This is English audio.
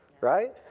Right